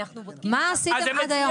מה עשיתם עד היום?